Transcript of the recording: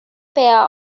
pair